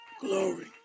Glory